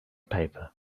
paper